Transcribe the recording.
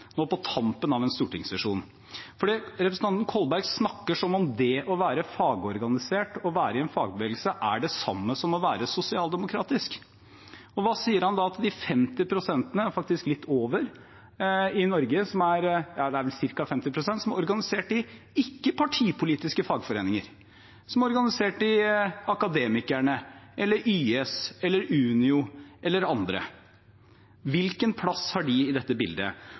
nå på tampen av en stortingssesjon. Representanten Kolberg snakker som om det å være fagorganisert og være i en fagbevegelse er det samme som å være sosialdemokratisk. Hva sier han da til de ca. 50 pst. i Norge som er organisert i ikke-partipolitiske fagforeninger, som er organisert i Akademikerne, YS, Unio eller andre? Hvilken plass har de i dette bildet?